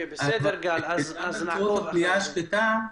לגבי הפניה השקטה,